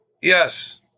Yes